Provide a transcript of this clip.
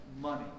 money